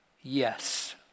yes